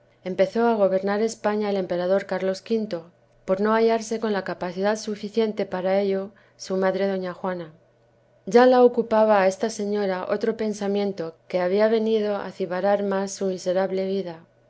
empezó á gobernar la españa el emperador cárlos v por no hallarse con la capacidad suficiente para ello su madre doña juana ya la ocupaba á esta señora otro pensamiento que habia venido á acibarar mas su miserable vida